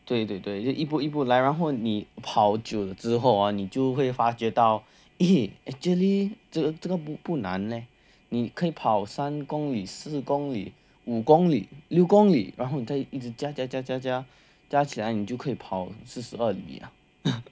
对对对就一步一步来然后你跑久之后啊你就会发觉到 eh actually 真的真的不不难咧你可以跑三公里四公里五公里六公里然后你一直在加加加加加起来你就可以跑四十二